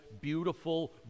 beautiful